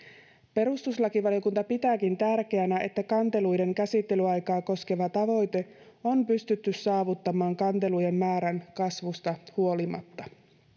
perustuslakivaliokunta pitääkin tärkeänä että kanteluiden käsittelyaikaa koskeva tavoite on pystytty saavuttamaan kantelujen määrän kasvusta huolimatta